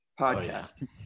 podcast